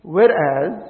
Whereas